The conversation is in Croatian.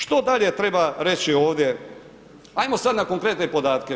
Što dalje treba reći ovdje, hajmo sad na konkretne podatke.